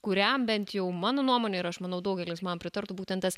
kuriam bent jau mano nuomone ir aš manau daugelis man pritartų būtent tas